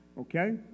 Okay